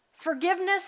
Forgiveness